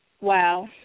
Wow